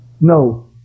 no